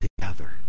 together